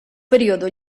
periodo